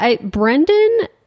Brendan